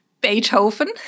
Beethoven